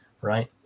right